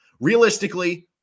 Realistically